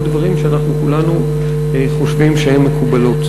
דברים שאנחנו כולנו חושבים שהם מקובלות,